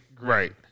Right